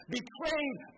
Betrayed